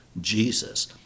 Jesus